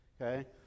Okay